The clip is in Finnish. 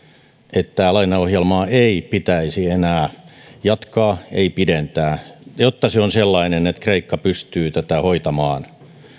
että lainaohjelmaa ei pitäisi enää jatkaa ei pidentää ja jotta se on sellainen että kreikka pystyy tätä hoitamaan mutta